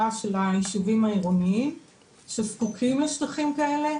של היישובים העירוניים שזקוקים לשטחים כאלה,